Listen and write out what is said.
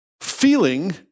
Feeling